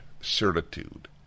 certitude